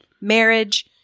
marriage